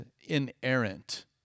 inerrant